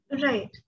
Right